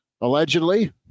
Allegedly